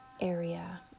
area